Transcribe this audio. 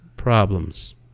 problems